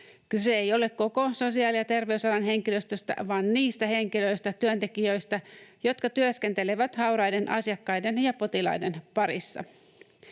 Kyse ei ole koko sosiaali- ja terveysalan henkilöstöstä, vaan niistä henkilöistä, työntekijöistä, jotka työskentelevät hauraiden asiakkaiden ja potilaiden parissa.